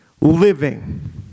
living